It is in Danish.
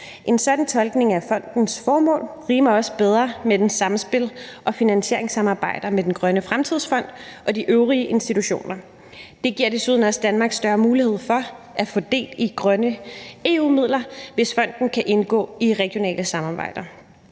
En sådan tolkning af fondens formål rimer også bedre med dens samspil og finansieringssamarbejde med Danmarks Grønne Fremtidsfond og de øvrige institutioner. Det giver desuden også Danmark større mulighed for at få del i grønne EU-midler, hvis fonden kan indgå i regionale samarbejder.